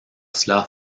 cela